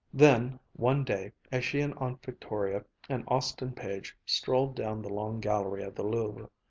then one day, as she and aunt victoria and austin page strolled down the long gallery of the louvre,